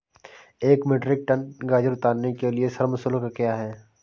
एक metric tonne गाजर उतारने के लिए श्रम शुल्क क्या है?